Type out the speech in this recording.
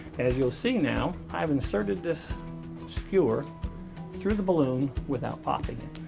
as you'll see now i've inserted this skewer through the balloon without popping it.